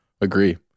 agree